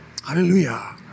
Hallelujah